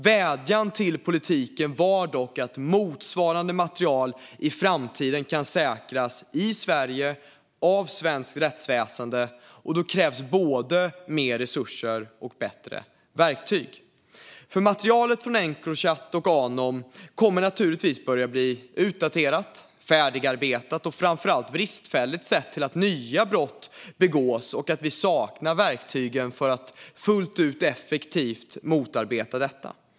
Vädjan till politiken var dock att motsvarande material i framtiden ska kunna säkras i Sverige av svenskt rättsväsen. Då krävs både mer resurser och bättre verktyg. Materialet från Encrochat och Anom kommer naturligtvis att börja bli utdaterat, färdigarbetat och framför allt bristfälligt sett till att nya brott begås och till att verktygen för att fullt ut och effektivt motarbeta detta saknas.